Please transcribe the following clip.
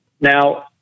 Now